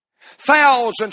Thousands